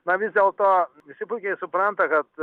na vis dėlto visi puikiai supranta kad